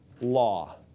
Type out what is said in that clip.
law